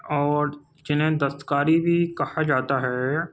اور جنہیں دستکاری بھی کہا جاتا ہے